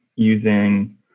using